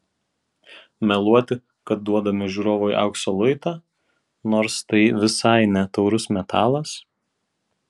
meluoti kad duodame žiūrovui aukso luitą nors tai visai ne taurus metalas